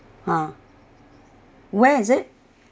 ha where is it